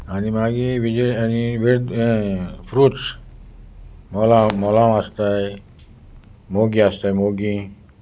आनी मागीरजे आनी वेज फ्रूट्स मोलांव मोलांव आसताय मोगी आसताय मोगी